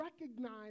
recognize